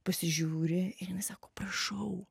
pasižiūri ir jinai sako prašau